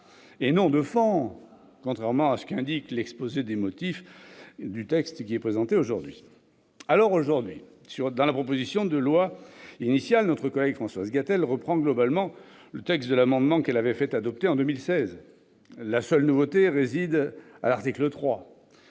... Ah !... contrairement à ce qu'indique l'exposé des motifs du présent texte. Aujourd'hui, dans sa proposition de loi initiale, notre collègue Françoise Gatel reprend globalement le texte de l'amendement qu'elle avait fait adopter en 2016. La seule nouveauté réside à l'article 3